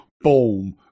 boom